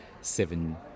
seven